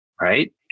right